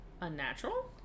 unnatural